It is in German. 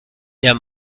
der